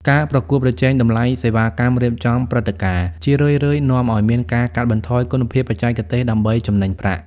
ការប្រកួតប្រជែងតម្លៃសេវាកម្មរៀបចំព្រឹត្តិការណ៍ ជារឿយៗនាំឱ្យមានការកាត់បន្ថយគុណភាពបច្ចេកទេសដើម្បីចំណេញប្រាក់។